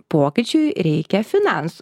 pokyčiui reikia finansų